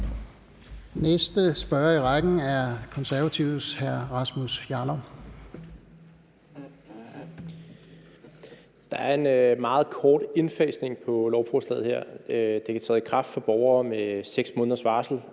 næste spørger i rækken er Konservatives hr. Rasmus Jarlov. Kl. 13:18 Rasmus Jarlov (KF): Der er en meget kort indfasning af lovforslaget her. Det kan træde i kraft for borgere med 6 måneders varsel